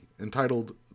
entitled